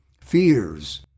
fears